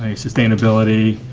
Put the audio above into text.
ah sustainability,